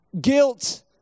Guilt